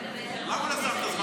אתה --- חברת הכנסת ביטון,